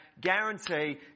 guarantee